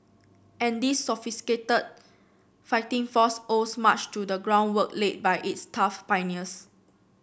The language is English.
and this sophisticated fighting force owes much to the groundwork laid by its tough pioneers